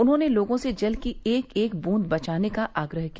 उन्होंने लोगों से जल की एक एक बूंद बचाने का आग्रह किया